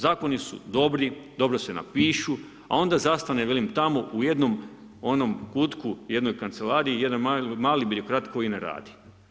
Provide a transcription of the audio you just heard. Zakoni su dobri, dobro se napišu, a onda zastane velim tamo u jednom kutku, jednoj kancelariji, jedan mali birokrat koji ne radi.